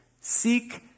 seek